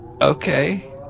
Okay